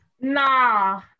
Nah